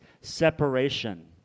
separation